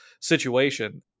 situation